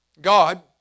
God